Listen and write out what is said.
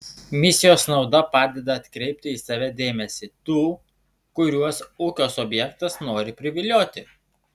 misijos nauda padeda atkreipti į save dėmesį tų kuriuos ūkio subjektas nori privilioti